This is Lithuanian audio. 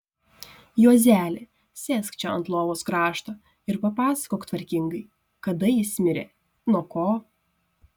juozeli sėsk čia ant lovos krašto ir papasakok tvarkingai kada jis mirė nuo ko